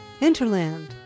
*Interland*